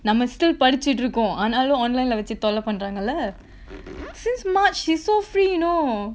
நம்ம:namma still படிச்சிட்டு இருக்கோம் ஆனாலும்:padichittu irukkom aanaalum online lah வெச்சு தொல்ல பன்றாங்கெல்ல:vechu tholla panraangella since march she so free you know